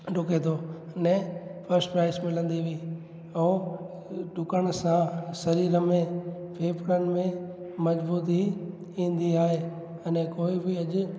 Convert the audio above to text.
डुके थो अने first prize मिलंदी हुई ऐं डुकण सां शरीर में फेफड़नि में मज़बूती ईंदी आहे अने कोई बि अॼु